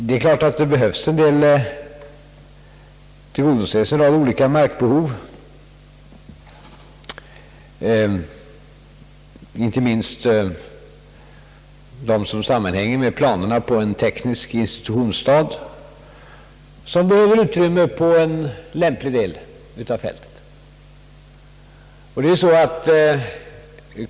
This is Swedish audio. Det är klart att en rad olika markbehov behöver tillgodoses, inte minst de som sammanhänger med planerna på en teknisk institutionsstad som behöver utrymme på en lämplig del av fältet.